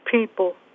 people